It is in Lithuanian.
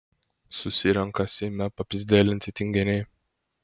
susirenka seime papyzdelinti tinginiai